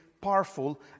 powerful